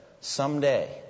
Someday